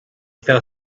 fell